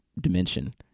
dimension